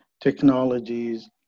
technologies